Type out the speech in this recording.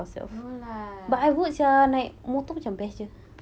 no lah